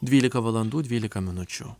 dvylika valandų dvylika minučių